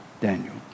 Daniel